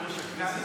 טלי ,